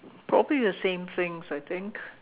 probably the same things I think